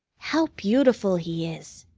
how beautiful he is!